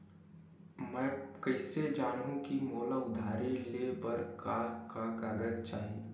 मैं कइसे जानहुँ कि मोला उधारी ले बर का का कागज चाही?